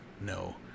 no